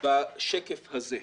בשקף הזה.